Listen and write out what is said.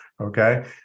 Okay